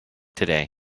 today